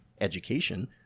education